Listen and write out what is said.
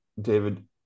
David